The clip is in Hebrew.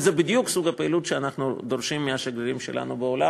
וזה בדיוק סוג הפעילות שאנחנו דורשים מהשגרירים שלנו בעולם,